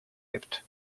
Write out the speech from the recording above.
gibt